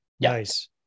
nice